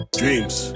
dreams